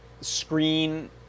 screen